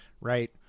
right